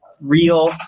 real